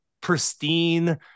pristine